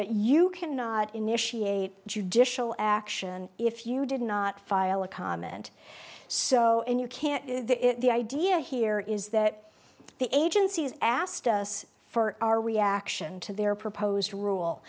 but you can't initiate judicial action if you did not file a comment so you can't the idea here is that the agency has asked us for our reaction to their proposed rule